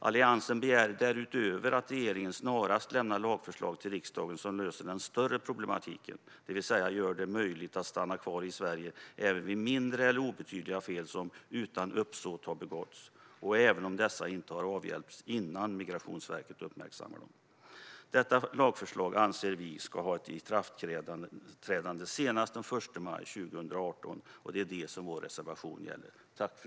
Alliansen begär därutöver att regeringen snarast lämnar lagförslag till riksdagen som löser den större problematiken, det vill säga som gör det möjligt att stanna kvar i Sverige även vid mindre eller obetydliga fel som utan uppsåt har begåtts och även om dessa inte har avhjälpts innan Migrationsverket uppmärksammar dem. Detta lagförslag, anser vi, ska ha ett ikraftträdande senast den 1 maj 2018. Det är det som vår reservation gäller.